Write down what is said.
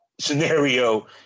scenario